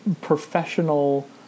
professional